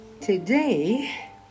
Today